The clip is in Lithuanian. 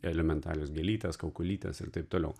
elementarios gėlytės kaukolytės ir taip toliau